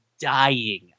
dying